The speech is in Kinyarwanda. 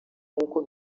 nk’uko